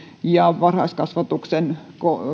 ja varhaiskasvatuksen